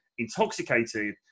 Intoxicated